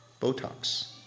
Botox